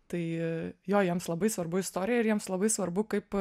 tai jo jiems labai svarbu istorija ir jiems labai svarbu kaip